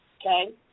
okay